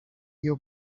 your